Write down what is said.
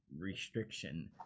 restriction